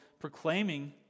proclaiming